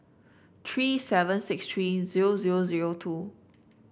three seven six three zero zero zero two